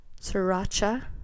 sriracha